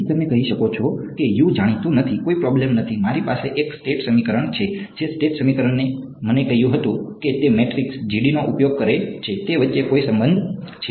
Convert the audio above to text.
તેથી તમે કહી શકો છો કે જાણીતું નથી કોઈ પ્રોબ્લેમ નથી મારી પાસે એક સ્ટેટ સમીકરણ છે જે સ્ટેટ સમીકરણે મને કહ્યું હતું કે તે મેટ્રિક્સ નો ઉપયોગ કરે છે તે વચ્ચે કોઈ સંબંધ છે